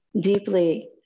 deeply